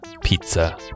pizza